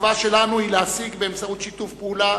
התקווה שלנו היא להשיג באמצעות שיתוף פעולה,